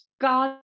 God